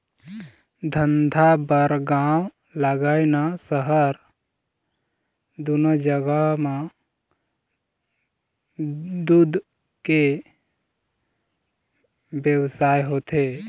धंधा बर गाँव लागय न सहर, दूनो जघा म दूद के बेवसाय होथे